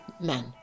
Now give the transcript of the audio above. men